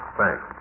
thanks